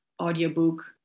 audiobook